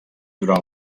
durant